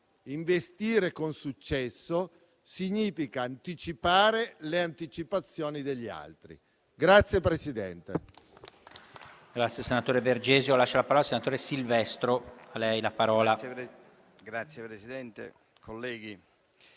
investire con successo significa anticipare le anticipazioni degli altri.